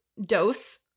dose